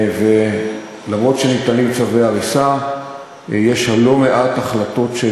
ואף שניתנים צווי הריסה יש לא מעט החלטות של